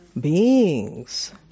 beings